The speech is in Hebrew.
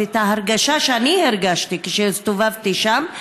ההרגשה שאני הרגשתי כאשר הסתובבתי שם,